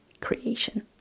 creation